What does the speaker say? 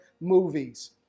movies